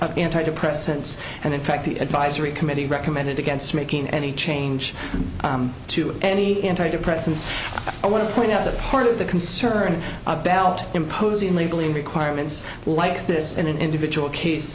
of antidepressants and in fact the advisory committee recommended against making any change to any anti depressants i want to point out that part of the concern about imposing labeling requirements like this in an individual case